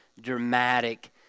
dramatic